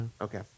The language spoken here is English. Okay